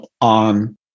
on